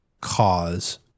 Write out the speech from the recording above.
cause